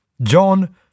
John